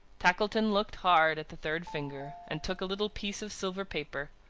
tackleton looked hard at the third finger, and took a little piece of silver paper,